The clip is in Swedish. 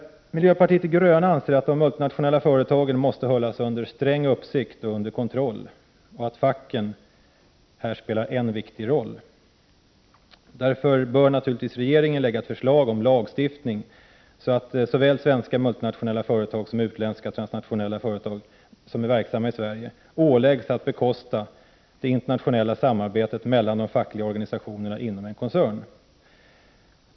Miljöpartiet de gröna anser att de multinationella företagen måste hållas under sträng uppsikt och kontroll och att facken här spelar en viktig roll. Därför bör naturligtvis regeringen lägga fram ett förslag om lagstiftning så att såväl svenska multinationella företag som utländska transnationella företag, verksamma i Sverige, åläggs att bekosta det internationella samarbetet mellan de fackliga organisationerna inom en koncern.